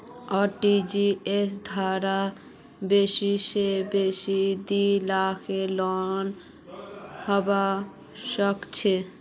RTGS द्वारे बेसी स बेसी दी लाखेर लेनदेन हबा सख छ